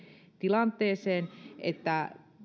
tilanteeseen että